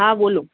હા બોલો